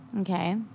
Okay